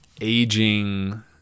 Aging